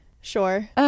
sure